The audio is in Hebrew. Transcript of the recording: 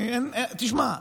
תשמע,